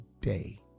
day